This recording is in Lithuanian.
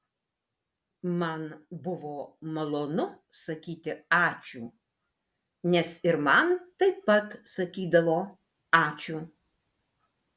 man buvo malonu sakyti ačiū nes ir man taip pat sakydavo ačiū